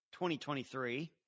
2023